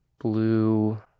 blue